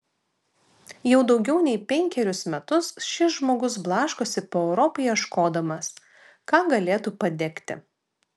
jau daugiau nei penkerius metus šis žmogus blaškosi po europą ieškodamas ką galėtų padegti